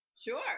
sure